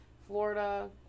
Florida